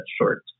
short